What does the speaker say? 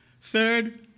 Third